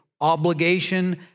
obligation